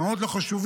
מאוד לא חשובים,